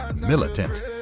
militant